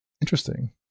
Interesting